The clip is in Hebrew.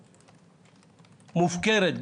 מופקרת,